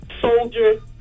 Soldier